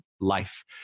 life